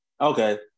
Okay